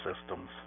systems